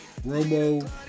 Romo